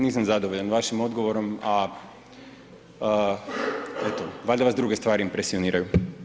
Nisam zadovoljan vašim odgovorom, a eto, valjda vas druge stvari impresioniraju.